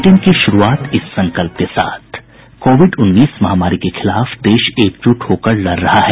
bulletin की शुरूआत इस संकल्प के साथ कोविड उन्नीस महामारी के खिलाफ देश एकजुट होकर लड़ रहा है